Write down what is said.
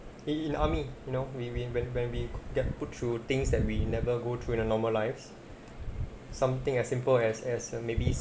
in in army you know we we when when we get put through things that we never go through in a normal lives something as simple as as err maybe